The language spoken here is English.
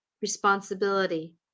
responsibility